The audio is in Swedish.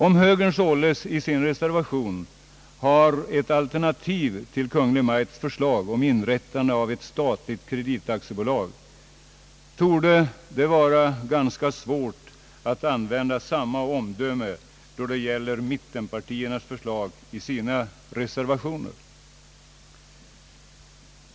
Om högern således i sin reservation har ett alternativ till Kungl. Maj:ts förslag om inrättande av ett statligt kreditaktiebolag, torde det vara ganska svårt att använda samma omdöme då det gäller mittenpartiernas förslag i deras reservationer.